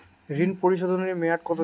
ঋণ পরিশোধের মেয়াদ কত দিন?